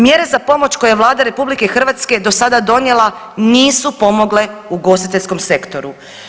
Mjere za pomoć koje je Vlada RH do sada donijela nisu pomogle ugostiteljskom sektoru.